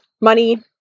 money